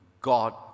God